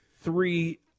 three